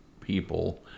people